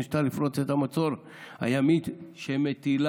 שניסתה לפרוץ את המצור הימי שמטילה